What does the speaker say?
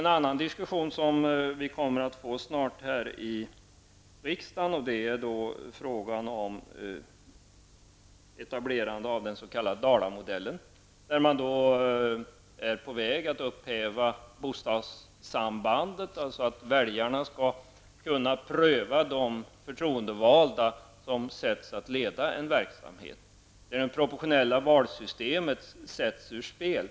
Det kommer snart också att föras en annan diskussion här i riksdagen, nämligen om ett etablerande av den s.k. Dalamodellen. Man är på väg att upphäva bostadssambandet, dvs. att väljarna skall kunna pröva de förtroendevalda som utses att leda en verksamhet. Det proportionella valsystemet kommer att sättas ur spel.